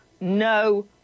no